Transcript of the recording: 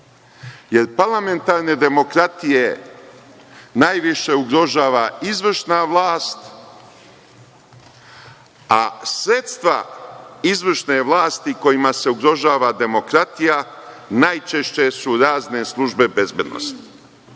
jer parlamentarne demokratije najviše ugrožava izvršna vlast, a sredstva izvršne vlasti kojima se ugrožava demokratija, najčešće su razne službe bezbednosti.